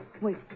Wait